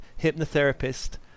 hypnotherapist